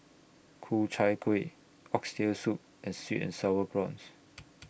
Ku Chai Kuih Oxtail Soup and Sweet and Sour Prawns